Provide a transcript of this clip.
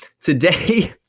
today